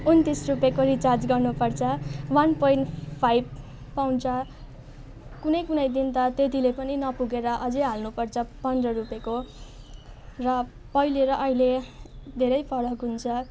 उन्तिस रुपियाँको रिचार्ज गर्नुपर्छ वान पोइन्ट फाइभ पाउँछ कुनै कुनै दिन त त्यतिले पनि नपुगेर अझै हाल्नुपर्छ पन्ध्र रुपियाँको र पहिले र अहिले धेरै फरक हुन्छ